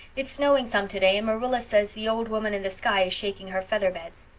it's snowing some today and marilla says the old woman in the sky is shaking her feather beds.